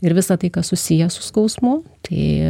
ir visa tai kas susiję su skausmu tai